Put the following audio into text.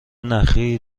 نخی